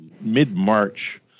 mid-March